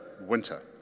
winter